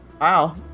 wow